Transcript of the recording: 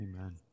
Amen